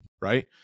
right